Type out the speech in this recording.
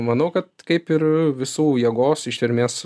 manau kad kaip ir visų jėgos ištvermės